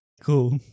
Cool